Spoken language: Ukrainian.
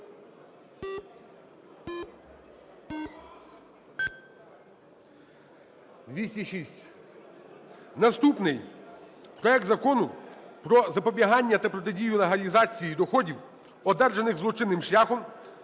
Наступний. Проект Закону про запобігання та протидію легалізації доходів, одержаних злочинним шляхом,